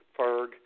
Ferg